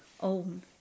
own